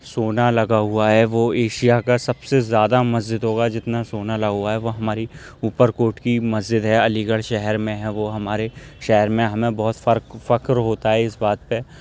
سونا لگا ہوا ہے وہ ایشیا کا سب سے زیادہ مسجد ہوگا جتنا سونا لگا ہوا ہے وہ ہماری اوپر کوٹ کی مسجد ہے علی گڑھ شہر میں ہے وہ ہمارے شہر میں ہمیں بہت فرق فکر ہوتا ہے اس بات پہ